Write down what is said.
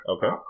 Okay